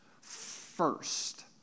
first